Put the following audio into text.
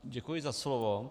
Děkuji za slovo.